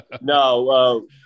No